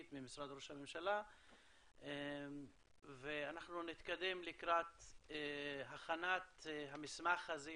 ממשרד ראש הממשלה ואנחנו נתקדם לקראת הכנת המסמך הזה,